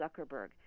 Zuckerberg